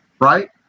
right